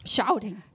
Shouting